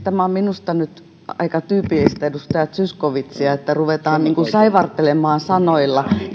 tämä on minusta nyt aika tyypillistä edustaja zyskowicziä että ruvetaan niin kuin saivartelemaan sanoilla